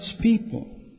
people